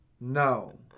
No